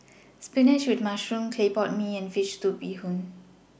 Spinach with Mushroom Clay Pot Mee and Fish Soup Bee Hoon